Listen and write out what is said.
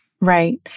Right